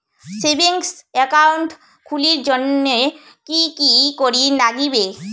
Savings account খুলির জন্যে কি কি করির নাগিবে?